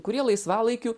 kurie laisvalaikiu